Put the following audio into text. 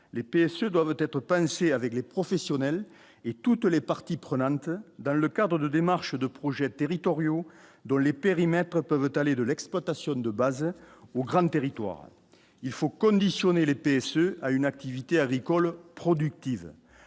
les pièces doivent être pensées avec les professionnels et toutes les parties prenantes dans le cadre de démarches de projets territoriaux dans les périmètres peuvent aller de l'exploitation de base au grand territoire il faut conditionner l'épée ce à une activité agricole productive,